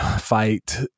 fight